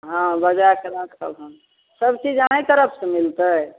हँ बजाकऽ राखब हम सबचीज अहीँ तरफसँ मिलतै